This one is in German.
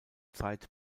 zeit